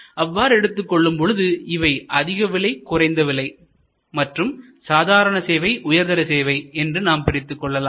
அவ்வாறு எடுத்துக்கொள்ளும் பொழுது இவை அதிக விலை குறைந்த விலை மற்றும் சாதாரண சேவைஉயர்தர சேவை என்று நாம் பிரித்துக் கொள்ளலாம்